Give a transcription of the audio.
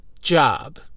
job